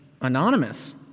anonymous